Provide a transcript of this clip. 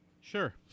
Sure